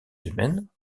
humaines